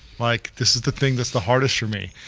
like this is the thing that's the hardest for me.